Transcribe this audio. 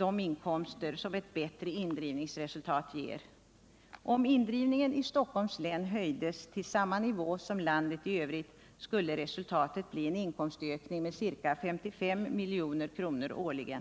de inkomster som ett bättre indrivningsresultat ger. Om indrivningen i Stockholms län höjdes till samma nivå som i landet i övrigt, skulle resultatet bli en inkomstökning med ca 55 milj.kr. årligen.